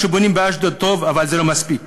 מה שבונים באשדוד זה טוב, אבל זה לא מספיק.